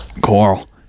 Coral